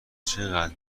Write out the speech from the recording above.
چقدر